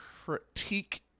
Critique